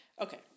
Okay